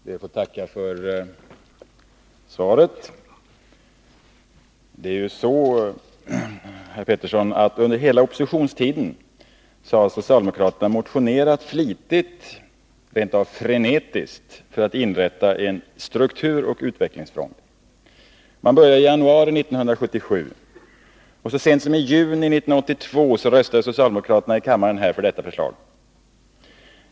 Fru talman! Jag ber att få tacka för svaret. Under hela sin oppositionstid har socialdemokraterna, herr Peterson, motionerat flitigt — rent av frenetiskt — för att inrätta en strukturoch utvecklingsfond. Man började i januari 1977, och så sent som i juni 1982 röstade socialdemokraterna här i kammaren för detta förslag.